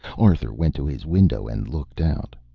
arthur went to his window, and looked out.